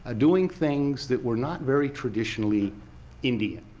ah doing things that were not very traditionally indian.